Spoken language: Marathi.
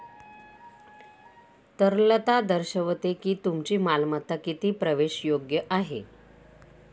तरलता दर्शवते की तुमची मालमत्ता किती प्रवेशयोग्य आहे